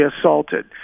assaulted